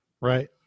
Right